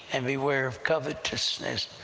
and beware of covetousness.